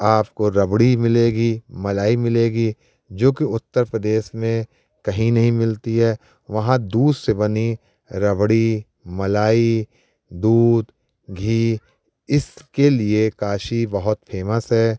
आपको रबड़ी मिलेगी मलाई मिलेगी जो कि उत्तर प्रदेश में कहीं नहीं मिलती है वहाँ दूध से बनी रबड़ी मलाई दूध घी इसके लिए काशी बहुत फेमस है